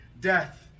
death